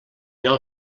nou